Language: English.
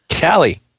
Callie